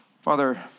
Father